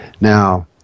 Now